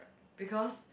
because